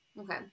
Okay